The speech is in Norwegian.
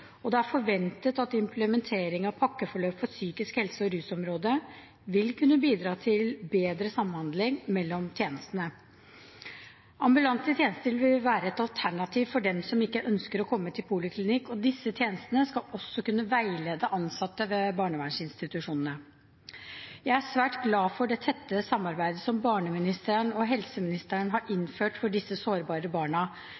og det er forventet at implementering av pakkeforløp for psykisk helse- og rusområdet vil kunne bidra til bedre samhandling mellom tjenestene. Ambulante tjenester vil være et alternativ for dem som ikke ønsker å komme til poliklinikk, og disse tjenestene skal også kunne veilede ansatte ved barnevernsinstitusjonene. Jeg er svært glad for det tette samarbeidet som barneministeren og helseministeren har